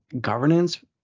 Governance